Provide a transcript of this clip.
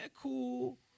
cool